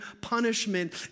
punishment